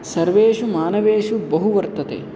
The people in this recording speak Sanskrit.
सर्वेषु मानवेषु बहु वर्तते